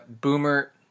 Boomer